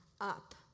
up